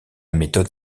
méthode